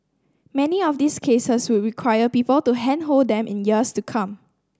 many of these cases would require people to handhold them in years to come